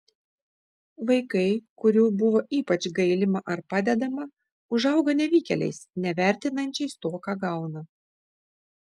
vaikai kurių buvo ypač gailima ar padedama užauga nevykėliais nevertinančiais to ką gauna